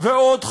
ועוד חוק,